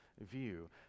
view